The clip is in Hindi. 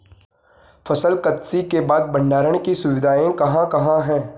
फसल कत्सी के बाद भंडारण की सुविधाएं कहाँ कहाँ हैं?